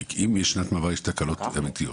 כי אם יש שנת מעבר, יש תקלות אמיתיות.